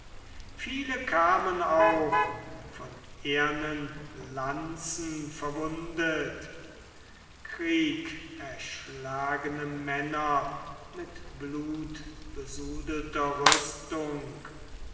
viele kamen auch von ehernen lanzen verwundet kriegerschlagene männer mit blutbesudelter rüstung